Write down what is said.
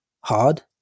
hard